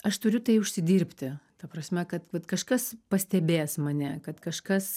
aš turiu tai užsidirbti ta prasme kad kažkas pastebės mane kad kažkas